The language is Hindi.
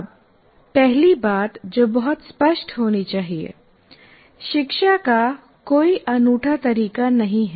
अब पहली बात जो बहुत स्पष्ट होनी चाहिए शिक्षा का कोई अनूठा तरीका नहीं है